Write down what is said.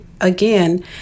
again